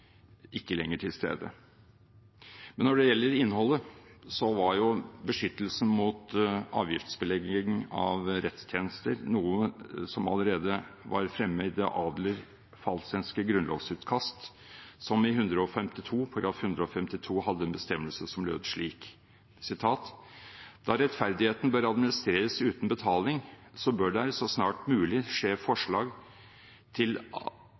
ikke lenger til stede, men når det gjelder innholdet, så var beskyttelsen mot avgiftsbelegging av rettstjenester allerede fremme i det Adler-Falsenske grunnlovsutkast, som i § 152 hadde en bestemmelse som lød slik: «Da Retfærdigheden bør administreres uden Betaling, saa bør der, saasnart muligt, skee Forslag til